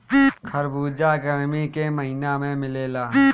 खरबूजा गरमी के महिना में मिलेला